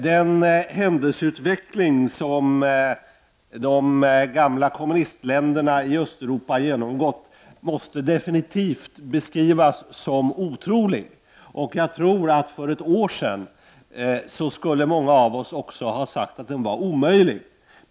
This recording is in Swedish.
Den händelseutveckling som de gamla kommunistländerna i Östeuropa har genomgått måste definitivt beskrivas som otrolig. Jag tror att för ett år sedan skulle många av oss också ha sagt att den var omöjlig.